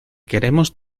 queremos